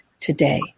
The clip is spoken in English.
today